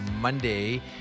Monday